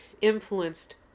influenced